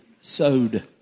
sowed